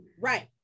Right